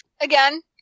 again